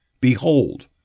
Behold